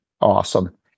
Awesome